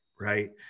right